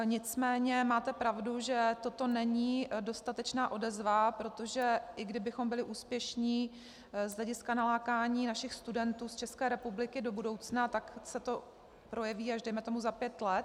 Nicméně máte pravdu, že toto není dostatečná odezva, protože i kdybychom byli úspěšní z hlediska nalákání našich studentů z České republiky do budoucna, tak se to projeví dejme tomu až za pět let.